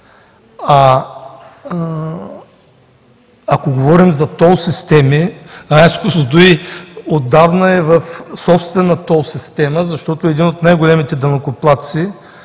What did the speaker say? Ако говорим за тол системи, АЕЦ „Козлодуй“ отдавна е в собствена тол система, защото е един от най-големите данъкоплатци